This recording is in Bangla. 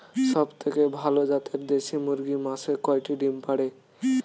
সবথেকে ভালো জাতের দেশি মুরগি মাসে কয়টি ডিম পাড়ে?